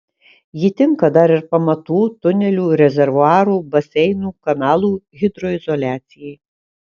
ji tinka dar ir pamatų tunelių rezervuarų baseinų kanalų hidroizoliacijai